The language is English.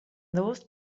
those